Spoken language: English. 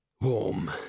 warm